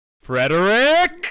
Frederick